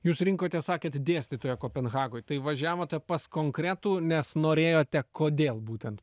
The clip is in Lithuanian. jūs rinkotės sakėt dėstytoją kopenhagoj tai važiavote pas konkretų nes norėjote kodėl būtent